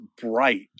bright